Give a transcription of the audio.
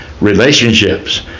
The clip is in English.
Relationships